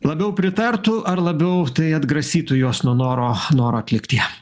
labiau pritartų ar labiau tai atgrasytų juos nuo noro noro atlikti ją